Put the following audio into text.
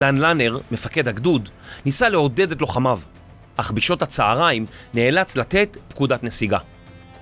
דן לנר, מפקד הגדוד, ניסה לעודד את לוחמיו, אך בשעות הצהריים נאלץ לתת פקודת נסיגה.